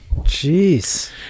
Jeez